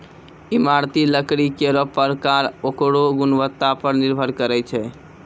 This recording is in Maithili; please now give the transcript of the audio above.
इमारती लकड़ी केरो परकार ओकरो गुणवत्ता पर निर्भर करै छै